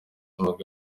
mugabe